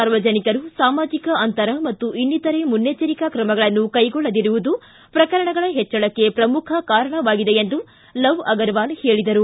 ಸಾರ್ವಜನಿಕರು ಸಾಮಾಜಿಕ ಅಂತರ ಮತ್ತು ಇನ್ನಿತರೆ ಮುನ್ನೆಚೆರಿಕಾ ಕ್ರಮಗಳನ್ನು ಕೈಗೊಳ್ಳದಿರುವುದು ಪ್ರಕರಣಗಳ ಹೆಚ್ಚಳಕ್ಕೆ ಪ್ರಮುಖ ಕಾರಣವಾಗಿದೆ ಎಂದು ಲವ್ ಅಗರ್ವಾಲ್ ಹೇಳಿದರು